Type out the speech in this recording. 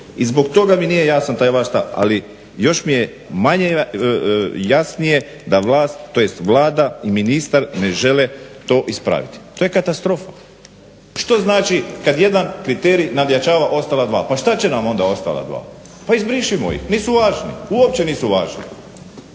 I zbog toga mi nije jasan taj vaš stav, ali još mi je manje jasnije da vlast tj. Vlada i ministar ne žele to ispraviti, to je katastrofa. Što znači kad jedan kriterij nadjačava ostala dva? Pa šta će nam onda ostala dva, pa izbrišimo ih nisu važni, uopće nisu važni.